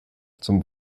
zum